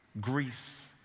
Greece